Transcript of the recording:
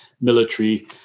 military